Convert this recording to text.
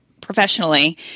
professionally